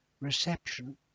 reception